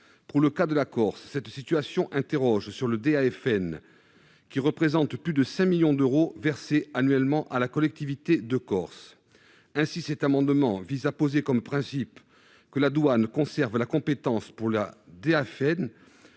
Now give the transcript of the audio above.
pour le cas de la Corse, cette situation interroge sur le DAFN qui représente plus de 5 millions d'euros versés annuellement à la collectivité de Corse. Cet amendement vise à poser comme principe que la douane conserve la compétence pour le DAFN